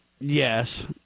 yes